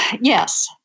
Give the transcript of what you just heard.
yes